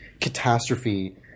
catastrophe